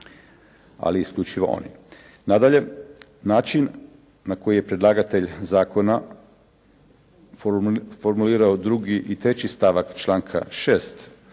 ali isključivo oni. Nadalje, način na koji je predlagatelj zakona formulirao 2. i 3. stavak članka 6.